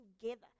together